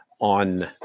on